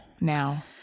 now